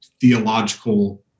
theological